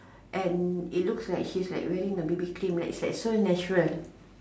and it looks like she's like wearing a B_B cream right it's like so natural